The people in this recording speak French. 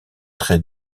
très